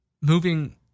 moving